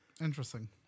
Interesting